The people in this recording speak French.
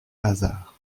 hasards